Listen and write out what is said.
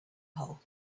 hole